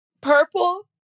purple